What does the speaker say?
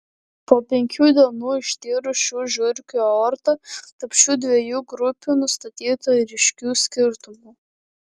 po penkių dienų ištyrus šių žiurkių aortą tarp šių dviejų grupių nustatyta ryškių skirtumų